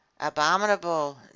Abominable